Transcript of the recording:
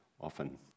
often